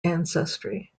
ancestry